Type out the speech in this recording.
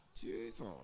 Jesus